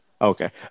Okay